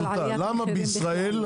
פשוטה: למה בישראל,